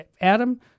Adam